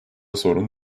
sorun